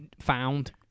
found